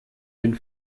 den